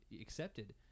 accepted